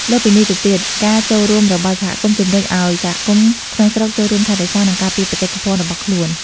លើសពីនេះទៅទៀត ការចូលរួមរបស់សហគមន៍ ជំរុញឲ្យសហគមន៍ក្នុងស្រុកចូលរួមថែរក្សា និងការពារបេតិកភណ្ឌរបស់ខ្លួន។